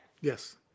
Yes